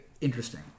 interesting